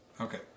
Okay